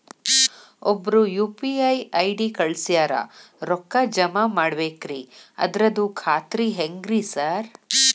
ಒಬ್ರು UPI ID ಕಳ್ಸ್ಯಾರ ರೊಕ್ಕಾ ಜಮಾ ಮಾಡ್ಬೇಕ್ರಿ ಅದ್ರದು ಖಾತ್ರಿ ಹೆಂಗ್ರಿ ಸಾರ್?